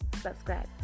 subscribe